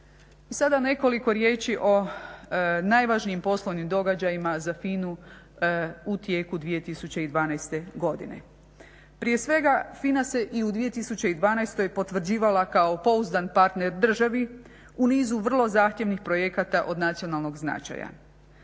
sada nekoliko riječi o najvažnijim poslovnim događajima za FINA-u u tijeku 2012. godine. Prije svega FINA se i u 2012. potvrđivala kao pouzdan partner državi u nizu vrlo zahtjevnih projekata od nacionalnog značaja.